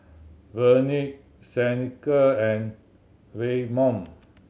Vernie Seneca and Waymon